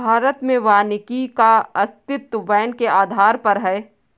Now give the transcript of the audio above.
भारत में वानिकी का अस्तित्व वैन के आधार पर है